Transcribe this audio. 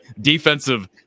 defensive